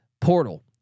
portal